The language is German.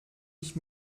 ich